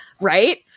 Right